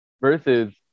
Versus